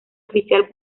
oficial